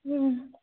ହୁଁ